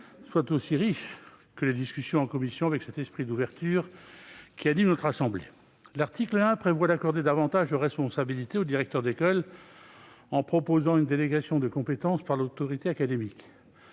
soient aussi riches que les discussions en commission, avec cet esprit d'ouverture qui anime la Haute Assemblée. L'article 1 du texte prévoit d'accorder davantage de responsabilités au directeur d'école, en instaurant une délégation de compétences de l'autorité académique.